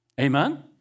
Amen